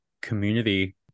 community